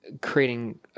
creating